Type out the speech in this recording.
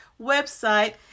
website